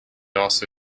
also